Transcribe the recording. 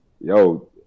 Yo